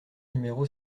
numéro